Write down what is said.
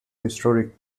historic